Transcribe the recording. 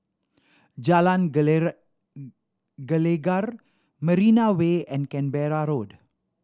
Jalan Gelegar Marina Way and Canberra Road